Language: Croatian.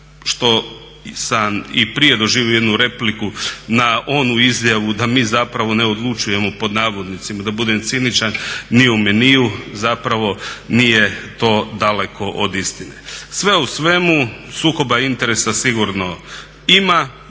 što sam i prije doživio jednu repliku na onu izjavu da mi zapravo "ne odlučujemo" da budem ciničan ni o meniju zapravo nije to daleko od istine. Sve u svemu sukoba interesa sigurno ima,